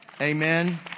Amen